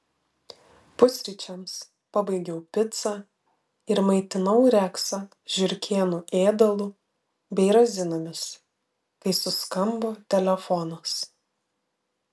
pusryčiams pabaigiau picą ir maitinau reksą žiurkėnų ėdalu bei razinomis kai suskambo telefonas